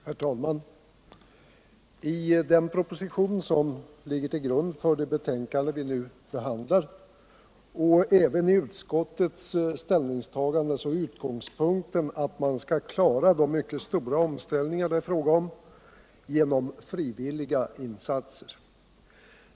Herr talman! I den proposition som ligger till grund för det betänkande vi nu behandlar och även i utskottets ställningstagande är utgångspunkten, att man genom frivilliga insatser skall klara de mycket stora omställningar det är fråga om.